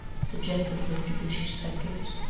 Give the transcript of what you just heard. suggested the judicious pedgift.